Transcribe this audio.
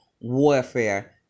warfare